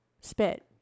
spit